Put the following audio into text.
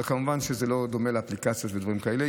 אבל כמובן שזה לא דומה לאפליקציה ולדברים כאלה.